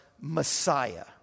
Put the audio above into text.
Messiah